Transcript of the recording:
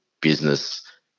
business